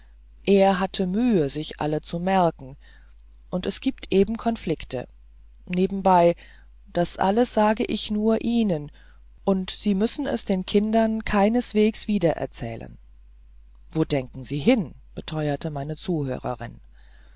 er hatte mühe sich alle zu merken es giebt eben konflikte nebenbei das alles sage ich nur ihnen und sie müssen es den kindern keineswegs wiedererzählen wo denken sie hin beteuerte meine zuhörerin